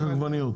עגבניות?